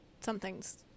something's